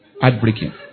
heartbreaking